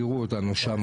תראו אותנו שם,